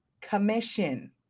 commission